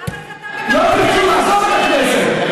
לא תרצו לעזוב את הכנסת.